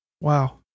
Wow